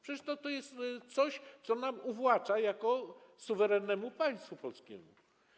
Przecież to jest coś, co nam uwłacza jako suwerennemu państwu polskiemu.